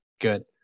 good